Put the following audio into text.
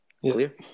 Clear